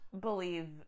believe